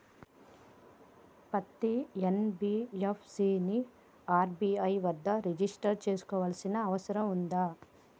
పత్తి ఎన్.బి.ఎఫ్.సి ని ఆర్.బి.ఐ వద్ద రిజిష్టర్ చేసుకోవాల్సిన అవసరం ఉందా?